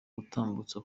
gutambutsa